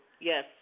Yes